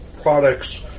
products